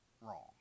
wrong